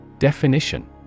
Definition